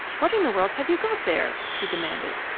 what in the world have you got there? she demanded.